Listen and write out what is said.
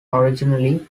originally